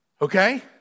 Okay